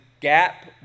gap